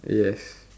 yes